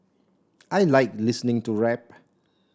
I like listening to rap